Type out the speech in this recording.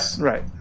right